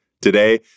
Today